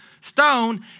Stone